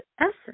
essence